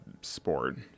sport